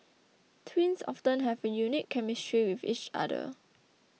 twins often have a unique chemistry with each other